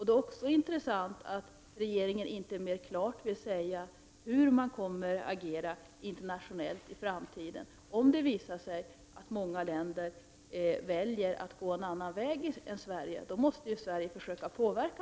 Det är också intressant att regeringen inte mera klart vill säga hur man kommer att agera internationellt i framtiden. Om det visar sig att många länder väljer att gå en annan väg än Sverige, måste Sverige försöka påverka.